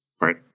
Right